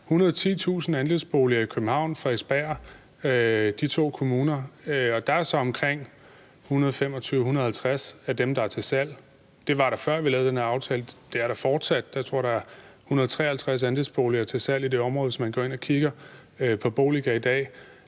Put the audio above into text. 110.000 andelsboliger i Københavns og Frederiksbergs Kommuner, og der er så omkring 125-150 af dem, der er til salg. Det var der, før vi lavede den her aftale, det er der fortsat. Jeg tror, der er 153 andelsboliger til salg i det område – hvis man går ind og kigger på Boliga i dag.